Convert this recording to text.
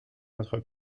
notre